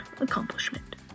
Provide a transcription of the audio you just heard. accomplishment